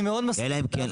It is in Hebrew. אני מאוד מסכים איתך.